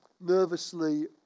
nervously